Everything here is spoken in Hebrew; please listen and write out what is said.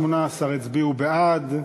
18 הצביעו בעד,